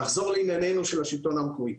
נחזור לענייננו של השלטון המקומי.